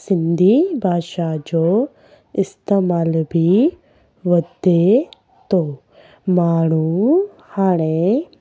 सिंधी भाषा जो इस्तेमाल बि वधे थो माण्हू हाणे